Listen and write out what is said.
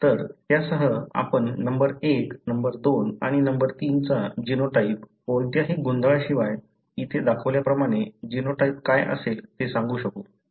तर त्यासह आपण नंबर 1 नंबर 2 आणि नंबर 3 चा जीनोटाइप कोणत्याही गोंधळाशिवाय इथे दाखवल्याप्रमाणे जीनोटाइप काय असेल ते सांगू शकू